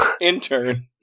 intern